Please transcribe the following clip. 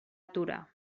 aturar